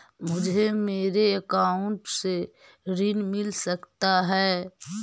मुझे मेरे अकाउंट से ऋण मिल सकता है?